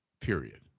Period